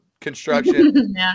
construction